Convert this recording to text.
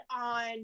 on